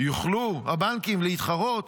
יוכלו הבנקים להתחרות,